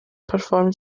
performed